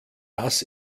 das